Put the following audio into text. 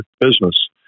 business